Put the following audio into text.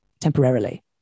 temporarily